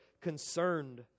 concerned